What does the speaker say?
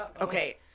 Okay